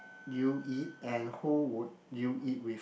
you eat and who would you eat with